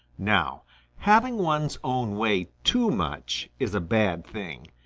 now having one's own way too much is a bad thing.